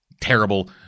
terrible